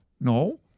No